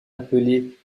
appelés